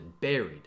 buried